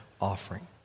offering